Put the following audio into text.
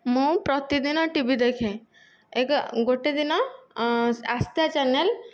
ମୁଁ ପ୍ରତିଦିନ ଟିଭି ଦେଖେ ଏକ ଗୋଟିଏ ଦିନ ଆସ୍ଥା ଚ୍ୟାନେଲ୍